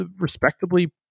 respectably